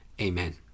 amen